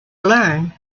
learn